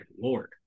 Lord